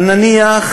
אבל נניח